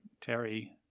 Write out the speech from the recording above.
Terry